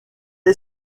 est